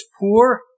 poor